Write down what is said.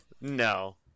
No